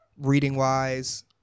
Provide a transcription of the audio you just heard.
reading-wise